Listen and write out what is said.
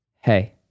Hey